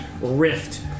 rift